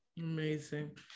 amazing